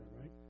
right